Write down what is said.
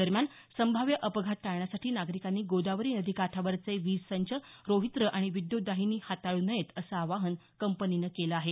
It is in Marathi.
दरम्यान संभाव्य अपघात टाळण्यासाठी नागरिकांनी गोदावरी नदीकाठावरचे वीज संच रोहित्र आणि विद्युत वाहिनी हाताळू नये असं आवाहन कंपनीनं केलं आहे